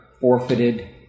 forfeited